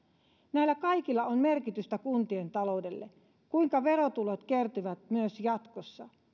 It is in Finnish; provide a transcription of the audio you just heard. näillä kaikilla on merkitystä kuntien taloudelle entä kuinka verotulot kertyvät jatkossa